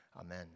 amen